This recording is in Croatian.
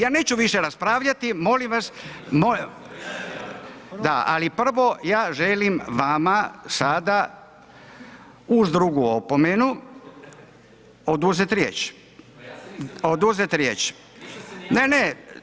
Ja neću više raspravljati, molim vas, da ali, prvo ja želim vama, sada, uz drugu opomenu, oduzeti riječ, oduzeti riječ, ne, ne.